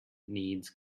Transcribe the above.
needs